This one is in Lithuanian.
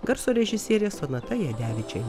garso režisierė sonata jadevičienė